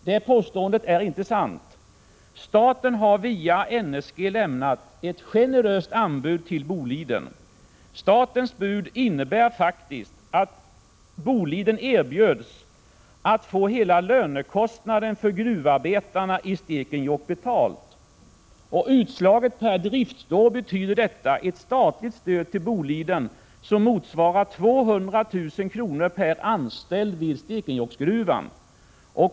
Det påståendet är inte sant. Staten har via NSG lämnat ett generöst anbud till Boliden. Statens bud innebar faktiskt att Boliden erbjöds att få hela lönekostnaden för gruvarbetarna i Stekenjokk betald. Utslaget per driftsår betyder detta ett statligt stöd till Boliden som motsvarar 200 000 kr. per anställd vid Stekenjokksgruvan.